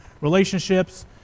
Relationships